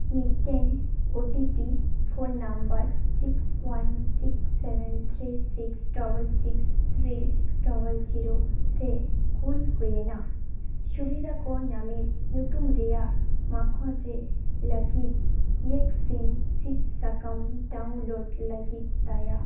ᱢᱤᱫᱴᱮᱱ O T P phone number six one six seven three six double six three double zero ᱨᱮ call ᱦᱩᱭᱮᱱᱟ ᱥᱩᱵᱤᱫᱷᱟᱠᱚ ᱧᱟᱢᱮᱫ ᱧᱩᱛᱩᱢ ᱨᱮᱭᱟᱜ ᱢᱟᱠᱷᱚᱨ ᱨᱮ ᱞᱟ ᱜᱤᱫ ᱵᱷᱮᱠᱥᱤᱱ ᱥᱤᱫ ᱥᱟᱠᱟᱢ ᱰᱟᱣᱩᱱᱞᱳᱰ ᱞᱟᱹᱜᱤᱫ ᱫᱟᱭᱟ